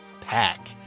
pack